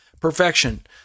perfection